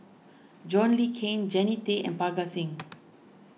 John Le Cain Jannie Tay and Parga Singh